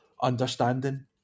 understanding